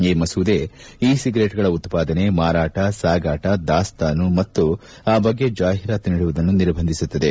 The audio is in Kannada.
ಈ ಮಸೂದೆ ಇ ಸಿಗರೇಟ್ ಗಳ ಉತ್ಪಾದನೆ ಮಾರಾಟ ಸಾಗಾಟ ದಾಸ್ತಾನು ಮತ್ತು ಆ ಬಗ್ಗೆ ಜಾಹೀರಾತು ನೀಡುವುದನ್ನು ನಿರ್ಬಂಧಿಸುತ್ತದೆ